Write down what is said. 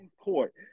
court